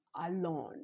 alone